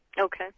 Okay